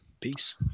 Peace